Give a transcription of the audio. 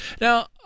Now